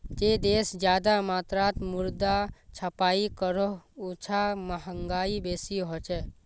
जे देश ज्यादा मात्रात मुद्रा छपाई करोह उछां महगाई बेसी होछे